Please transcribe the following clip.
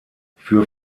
für